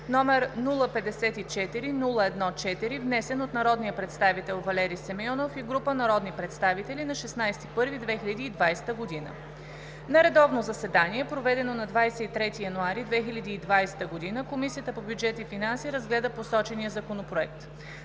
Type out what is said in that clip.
№ 054-01-4, внесен от народния представител Валери Симеонов и група народни представители на 16 януари 2020 г. На редовно заседание, проведено на 23 януари 2020 г., Комисията по бюджет и финанси разгледа посочения законопроект.